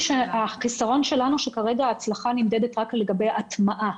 החיסרון שלנו הוא שכרגע ההצלחה נמדדת רק לגבי הטמעה.